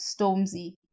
Stormzy